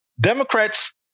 Democrats